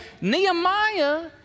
Nehemiah